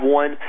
one